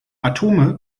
atome